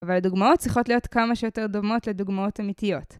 והדוגמאות צריכות להיות כמה שיותר דומות לדוגמאות אמיתיות.